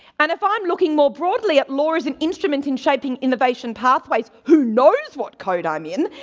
and if i'm looking more broadly at law as an instrument in shaping innovation pathways, who knows what code i'm in?